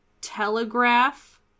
Telegraph